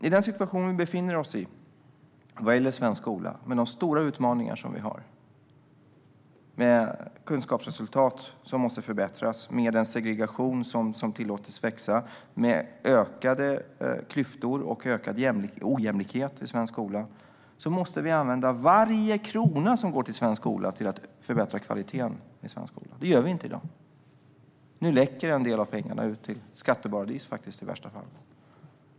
I den situation som vi befinner oss i vad gäller svensk skola och med de stora utmaningar som vi har - med kunskapsresultat som måste förbättras, med en segregation som tillåtits växa och med ökade klyftor och ökad ojämlikhet i svensk skola - måste vi använda varje krona som går till svensk skola till att förbättra kvaliteten i den. Det gör vi inte i dag. Nu läcker en del av pengarna ut, i värsta fall till skatteparadis.